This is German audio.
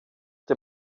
dem